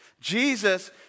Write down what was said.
Jesus